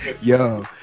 yo